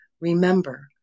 Remember